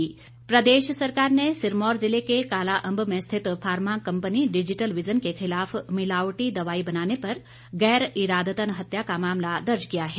व्यक्तव्य प्रदेश सरकार ने सिरमौर जिले के कालाअंब में स्थित फार्मा कंपनी डिजिटल विजन के खिलाफ मिलावटी दवाई बनाने पर गैर इरादतन हत्या का मामला दर्ज किया है